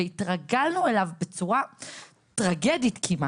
והתרגלנו אליו בצורה טרגית כמעט.